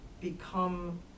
become